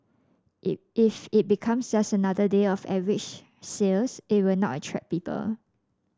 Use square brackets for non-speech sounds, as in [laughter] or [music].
[unintelligible] if it becomes just another day of average sales it will not attract people